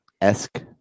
Esque